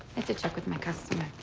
to check with my customer.